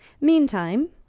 Meantime